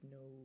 no